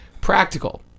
Practical